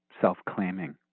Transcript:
self-claiming